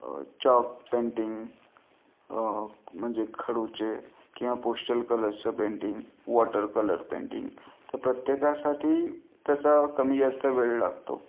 chalk painting म्हणजे खडूचे किंवा पोस्टल कलर्सचं पेंटिंग वॉटर कलर पेंटिंग तर प्रत्येकासाठी तसा कमी जास्त वेळ लागतो